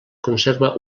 conserva